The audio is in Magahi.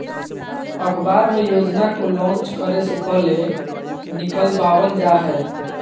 अखबार मे योजना को लान्च करे से पहले निकलवावल जा हय